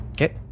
okay